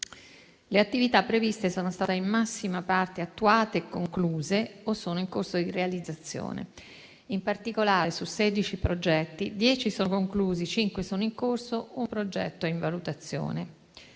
le attività previste sono state in massima parte attuate e concluse o sono in corso di realizzazione. In particolare, su sedici progetti, dieci sono conclusi, cinque sono in corso e uno è in valutazione.